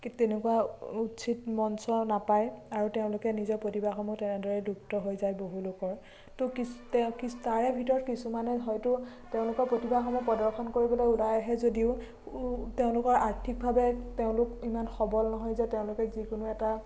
ঠিক তেনেকুৱা উচিত মঞ্চ নাপায় আৰু তেওঁলোকে নিজৰ প্ৰতিভাসমূহ তেনেদৰেই লুপ্ত হৈ যায় বহুলোকৰ তো তাৰে ভিতৰত কিছুমানে হয়তো তেওঁলোকৰ প্ৰতিভাসমূহ প্ৰদৰ্শন কৰিবলৈ ওলাই আহে যদিও ও তেওঁলোকৰ আৰ্থিকভাৱে তেওঁলোক ইমান সবল নহয় যে তেওঁলোকে যিকোনো এটা